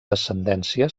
descendència